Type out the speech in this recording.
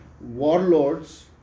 warlords